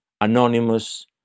anonymous